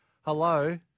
Hello